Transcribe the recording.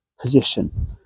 position